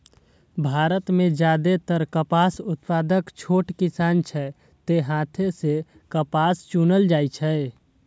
भारत मे जादेतर कपास उत्पादक छोट किसान छै, तें हाथे सं कपास चुनल जाइ छै